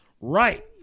Right